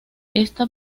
esta